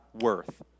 worth